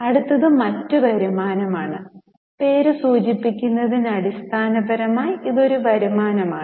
അടുത്തത് മറ്റ് വരുമാനമാണ് പേര് സൂചിപ്പിക്കുന്നത് അടിസ്ഥാനപരമായി ഇത് ഒരു വരുമാനമാണ്